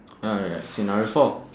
oh ya scenario four